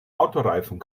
autoreifen